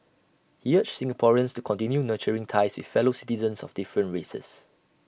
he urged Singaporeans to continue nurturing ties with fellow citizens of different races